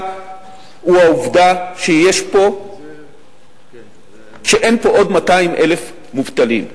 הוא העובדה שאין פה עוד 200,000 מובטלים,